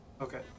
Okay